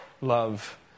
love